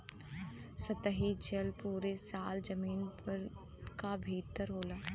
सतही जल पुरे साल जमीन क भितर होला